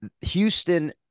Houston